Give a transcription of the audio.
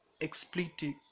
explicit